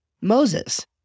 Moses